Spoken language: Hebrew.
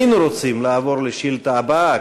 היינו רוצים לעבור לשאילתה הבאה,